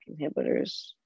inhibitors